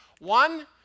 One